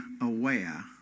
aware